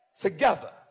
together